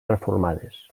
reformades